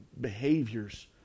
behaviors